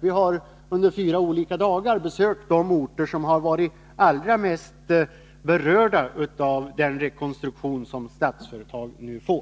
Vi har under fyra olika dagar besökt de orter som är allra mest berörda av rekonstruktionen av Statsföretagsgruppen.